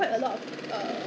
it is expensive